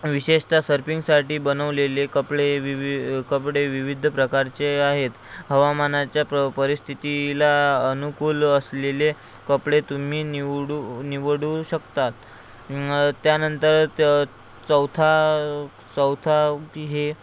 विशेषत सर्पिंगसाठी बनवलेले कपडे विवि कपडे विविध प्रकारचे आहेत हवामानाच्या प परिस्थितीला अनुकूल असलेले कपडे तुम्ही निवडू निवडू शकता त्यानंतर त चौथा चौथा ऊती हे